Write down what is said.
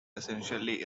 essentially